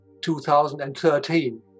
2013